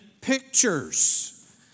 pictures